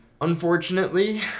Unfortunately